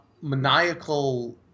maniacal